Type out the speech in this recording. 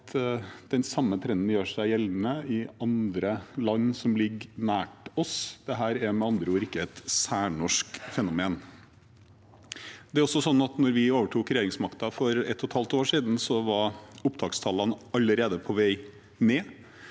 den samme trenden gjør seg gjeldende i andre land som ligger nær oss. Dette er med andre ord ikke et særnorsk fenomen. Da vi overtok regjeringsmakten for ett og et halvt år siden, var opptakstallene allerede på vei ned